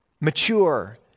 mature